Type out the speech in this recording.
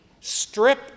strip